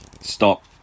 Stop